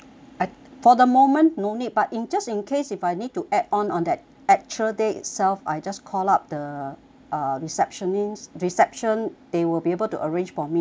for the moment no need but in just in case if I need to add on on the actual day itself I just call up the uh receptionist reception they will be able to arrange for me right